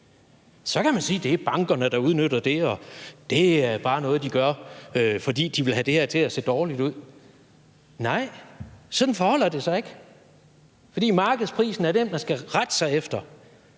Så kan man sige, at det er bankerne, der udnytter det, og det er bare noget, de gør, fordi de vil have det her til at se dårligt ud. Nej, sådan forholder det sig ikke, for det er markedsprisen, man skal rette sig efter,